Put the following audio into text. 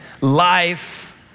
Life